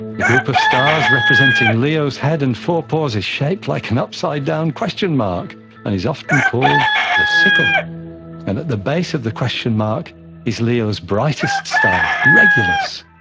the group of stars representing leo's head and forepaws is shaped like an upside down question mark and is often called the sickle. and at the base of the question mark is leo's brightest star, regulus,